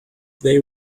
they